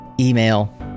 Email